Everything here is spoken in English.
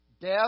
Death